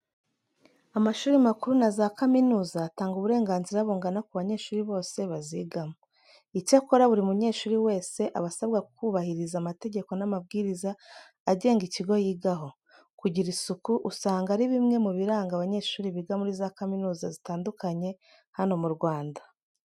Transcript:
Amashuri makuru na za kaminuza, atanga uburenganzira bungana ku banyeshuri bose bazigamo. Icyakora, buri munyeshuri wese aba asabwa kubahiriza amategeko n'amabwiriza agenga ikigo yigaho. Kugira isuku, usanga ari bimwe mu biranga abanyeshuri biga muri za kaminuza zitandukanye hano mu Rwanda.